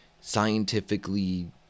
scientifically